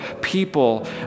people